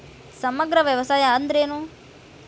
ಸಮಗ್ರ ವ್ಯವಸಾಯ ಅಂದ್ರ ಏನು?